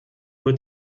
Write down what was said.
wird